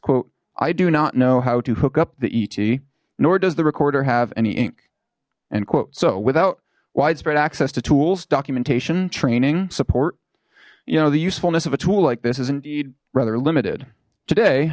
quote i do not know how to hook up the et nor does the recorder have any ink and quote so without widespread access to tools documentation training support you know the usefulness of a tool like this is indeed rather limited today